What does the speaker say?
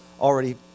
already